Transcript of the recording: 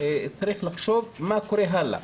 יש לחשוב על מה קורה הלאה.